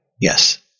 Yes